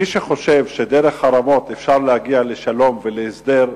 מי שחושב שדרך חרמות אפשר להגיע לשלום ולהסדר,